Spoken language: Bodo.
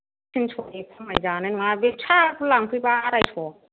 तिनस'नि खमाय जानाय नङा बे फिसाखौ लांफैबा आरायस'